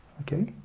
Okay